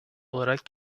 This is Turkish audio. olarak